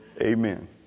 Amen